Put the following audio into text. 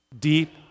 deep